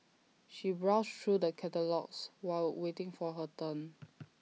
she browsed through the catalogues while waiting for her turn